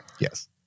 Yes